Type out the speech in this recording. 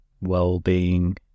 well-being